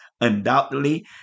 undoubtedly